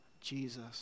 Jesus